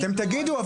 אתם תגידו,